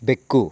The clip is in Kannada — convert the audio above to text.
ಬೆಕ್ಕು